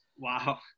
Wow